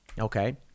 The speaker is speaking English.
okay